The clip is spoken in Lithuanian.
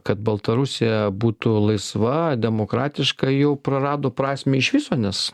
kad baltarusija būtų laisva demokratiška jau prarado prasmę iš viso nes